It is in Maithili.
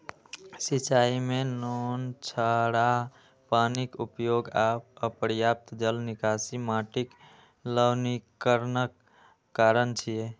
सिंचाइ मे नोनछराह पानिक उपयोग आ अपर्याप्त जल निकासी माटिक लवणीकरणक कारण छियै